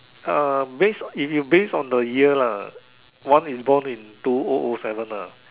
uh base if you base on the year lah one is born in two o o seven lah